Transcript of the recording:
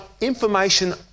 information